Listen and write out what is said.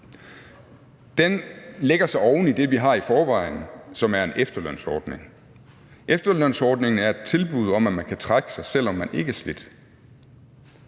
Arne, lægger sig oven i det, vi har i forvejen, som er en efterlønsordning. Efterlønsordningen er et tilbud om, at man kan trække sig, selv om man ikke er slidt.